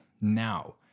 now